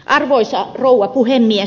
arvoisa rouva puhemies